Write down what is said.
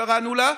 כך קראנו לה,